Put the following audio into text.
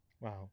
Wow